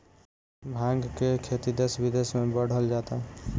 भाँग के खेती देस बिदेस में बढ़ल जाता